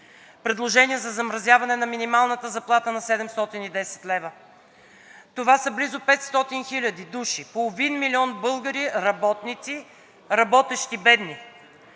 предложение за замразяване на минималната заплата на 710 лв. Това са близо 500 хиляди души, половин милион българи, работници, работещи бедни,